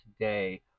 today